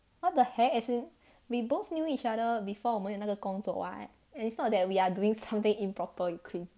what the heck as in we both knew each other before 我们有那个工作 [what] and it's not that we are doing full day improper you crazy